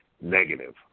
negative